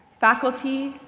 faculty,